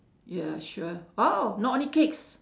ya sure !wow! not only cakes